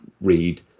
read